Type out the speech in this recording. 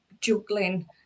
juggling